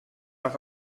auf